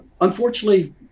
unfortunately